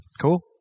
Cool